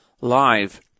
live